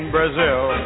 Brazil